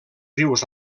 rius